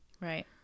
Right